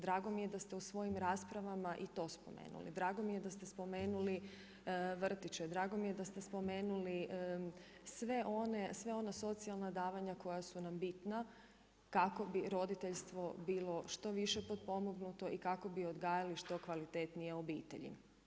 Drago mi je da ste u svojim raspravama i to spomenuli, drago mi je da ste spomenuli vrtiće, drago mi je da ste spomenuli sva ona socijalna davanja koja su nam bitna, kako bi roditeljstvo bilo što više potpomognuto i kako bi što odgajali što kvalitetnije obitelji.